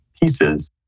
pieces